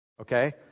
okay